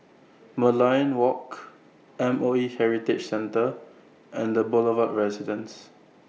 Merlion Walk M O E Heritage Center and The Boulevard Residence